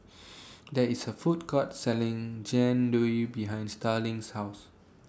There IS A Food Court Selling Jian Dui behind Starling's House